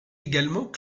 également